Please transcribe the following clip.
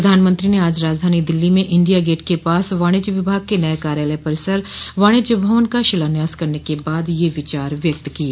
प्रधानमंत्री ने आज राजधानी दिल्ली में इंडिया गेट के पास वाणिज्य विभाग के नए कार्यालय परिसर वाणिज्य भवन का शिलान्यास करने के बाद ये विचार व्यक्त किये